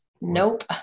Nope